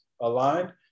aligned